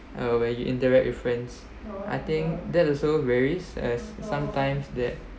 uh where you interact with friends I think that also varies as sometimes that